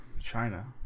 China